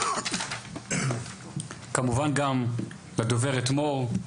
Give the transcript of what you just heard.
כמובן גם לדוברת מור.